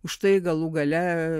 užtai galų gale